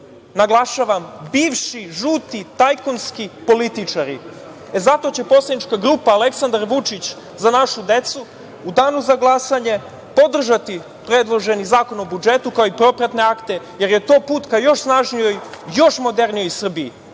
naglašavam, bivši žuti tajkunski političari. Poslanika grupa Aleksandar Vučić – Za našu decu u danu za glasanje će podržati predloženi Zakon o budžetu i propratne akte, jer je to put ka još snažnijoj, još modernijoj Srbiji.